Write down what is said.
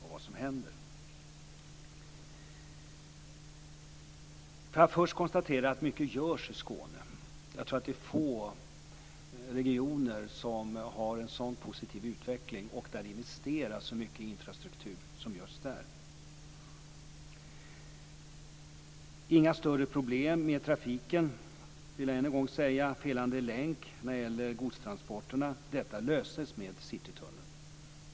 Jag vill först konstatera att mycket görs i Skåne. Jag tror att det är få regioner som har en så positiv utveckling och där det investeras så mycket i infrastruktur som just där. Jag vill än en gång säga att det inte är några större problem med trafiken. Det finns en felande länk när det gäller godstransporterna. Detta löses med Citytunneln.